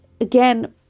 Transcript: again